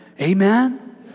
Amen